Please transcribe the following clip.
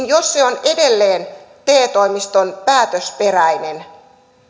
jos se on edelleen te toimiston päätösperäinen